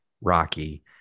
Rocky